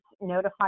notify